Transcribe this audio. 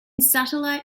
satellite